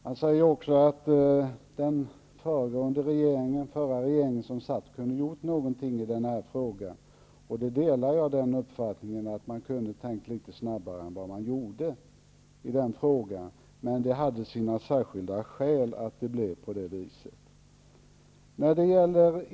Han säger också att den förra regeringen kunde ha gjort någonting i den här frågan. Den uppfattningen delar jag; man kunde ha tänkt litet snabbare. Att det blev på det här viset hade emellertid sina särskilda skäl.